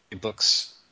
books